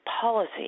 policy